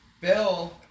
Bill